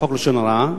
חוק לשון הרע,